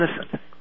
innocent